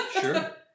Sure